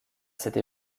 cette